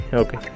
okay